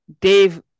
Dave